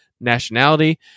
nationality